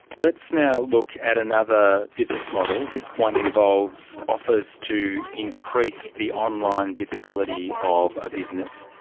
let's now looked at another business model. this one involves offers to increase the online visibility of a business.